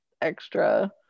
extra